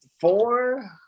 four